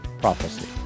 PROPHECY